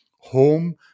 home